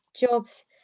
jobs